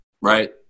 right